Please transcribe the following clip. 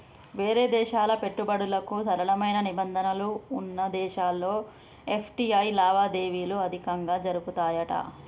వేరే దేశాల పెట్టుబడులకు సరళమైన నిబంధనలు వున్న దేశాల్లో ఎఫ్.టి.ఐ లావాదేవీలు అధికంగా జరుపుతాయట